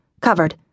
covered